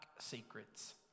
secrets